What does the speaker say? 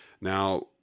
Now